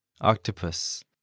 Octopus